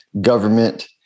government